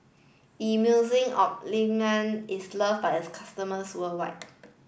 Emulsying is love by its customers worldwide